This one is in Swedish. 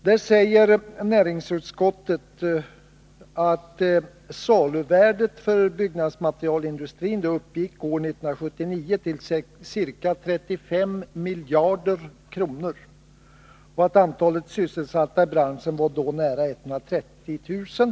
Där sägs att saluvärdet för byggnadsmaterialindustrin år 1979 uppgick till ca 35 miljarder kronor och att antalet sysselsatta i branschen då var nära 130 000.